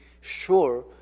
sure